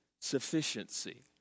sufficiency